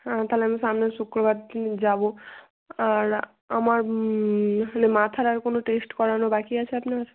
হ্যাঁ তাহলে আমি সামনের শুক্রবার দিন যাব আর আমার হালে মাথার আর কোনও টেস্ট করানো বাকি আছে আপনার